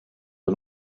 are